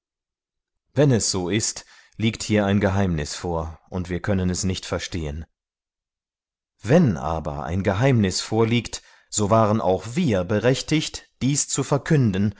wenn ja so ist dies ein geheimnis das wir nicht zu begreifen vermögen und wenn es ein geheimnis ist so haben auch wir das recht das geheimnis zu verkünden